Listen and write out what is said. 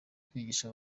kwigisha